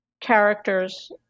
characters